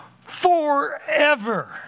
forever